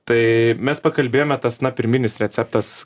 tai mes pakalbėjome tas na pirminis receptas